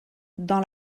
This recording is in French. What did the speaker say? dans